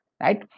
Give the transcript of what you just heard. right